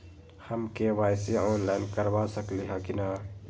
हम KYC online करवा सकली ह कि न?